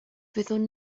fyddwn